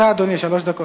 שלוש דקות.